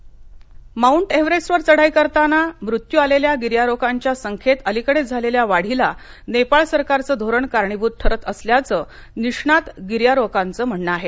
एक्हरेस्ट मत्य माऊंट एव्हरेस्टवर चढाई करताना मृत्यू झालेल्या गिर्यारोहकांच्या संख्येत अलिकडे झालेल्या वाढीला नेपाळ सरकारचं धोरण कराणीभूत ठरत असल्याचं निष्णात गियरोहकांचं म्हणणं आहे